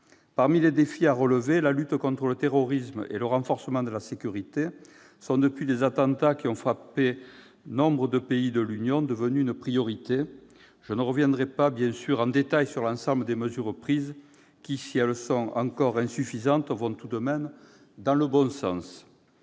Parmi les défis à relever, la lutte contre le terrorisme et le renforcement de la sécurité sont devenus une priorité depuis les attentats ayant frappé nombre de pays de l'Union européenne. Je ne reviendrai pas en détail sur l'ensemble des mesures prises qui, si elles sont encore insuffisantes, vont tout de même dans le bon sens.